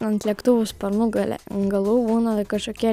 ant lėktuvo sparnų gale galų būna kažkokie